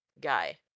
guy